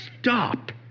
stop